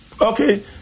Okay